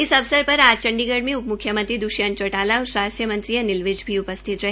इस अवसर पर आज चंडीगढ़ में उप म्ख्यमंत्री दृष्यंत चौटाला और स्वास्थ्य मंत्री अनिल विज भी उपस्थित रहे